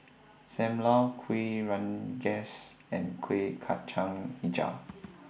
SAM Lau Kuih Rengas and Kueh Kacang Hijau